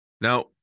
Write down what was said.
Now